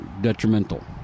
detrimental